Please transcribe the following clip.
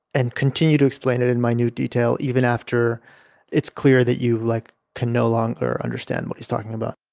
and continue to explain it in minute detail even after it's clear that you like can no longer understand what he's talking about.